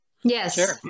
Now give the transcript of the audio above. Yes